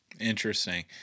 Interesting